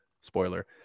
Spoiler